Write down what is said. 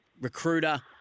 recruiter